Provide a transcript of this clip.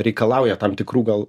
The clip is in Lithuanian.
reikalauja tam tikrų gal